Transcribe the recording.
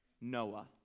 Noah